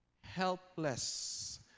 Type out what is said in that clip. helpless